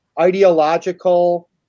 ideological